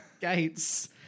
gates